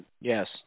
Yes